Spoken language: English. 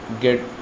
get